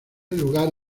lugar